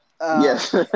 Yes